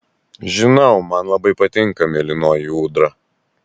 žinau man labai patinka mėlynoji ūdra